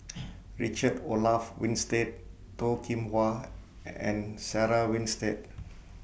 Richard Olaf Winstedt Toh Kim Hwa and Sarah Winstedt